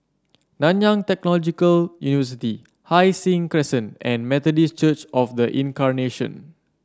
Nanyang Technological University Hai Sing Crescent and Methodist Church Of The Incarnation